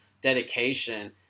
dedication